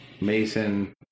Mason